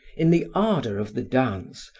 in the ardor of the dance,